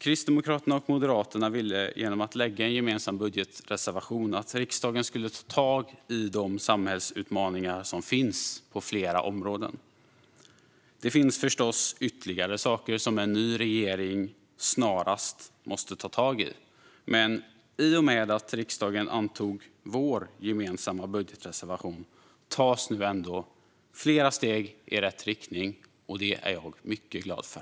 Kristdemokraterna och Moderaterna ville genom att lägga fram en gemensam budgetreservation att riksdagen skulle ta tag i de samhällsutmaningar som finns på flera områden. Det finns förstås ytterligare saker som en ny regering snarast måste ta tag i, men i och med att riksdagen antog vår gemensamma budgetreservation tas nu ändå flera steg i rätt riktning. Det är jag mycket glad för.